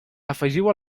afegiu